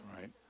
right